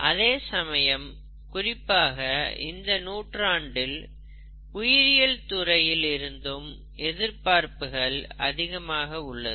அதேசமயம் குறிப்பாக இந்த நூற்றாண்டில் உயிரியல் துறையில் இருந்தும் எதிர்பார்ப்புகள் அதிகமாக உள்ளது